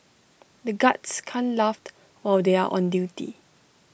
the guards can't laughed or they are on duty